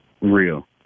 Real